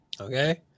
Okay